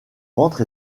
ventre